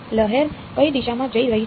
લહેર કઈ દિશામાં જઈ રહી છે